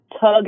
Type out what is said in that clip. tug